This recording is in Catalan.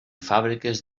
fàbriques